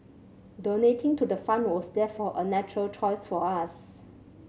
donating to the fund was therefore a natural choice for us